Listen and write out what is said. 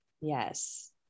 Yes